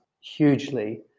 hugely